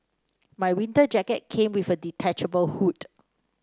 my winter jacket came with a detachable hood